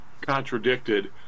contradicted